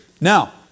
Now